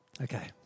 Okay